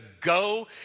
go